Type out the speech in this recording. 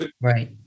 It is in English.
Right